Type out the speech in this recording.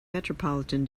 metropolitan